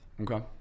okay